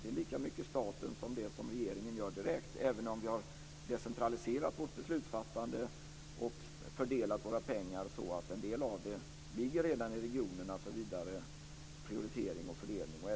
Det är lika mycket staten som det som regeringen gör direkt, även om vi har decentraliserat vårt beslutsfattande och fördelat våra pengar så att en del redan ligger i regionerna för vidare prioritering och fördelning.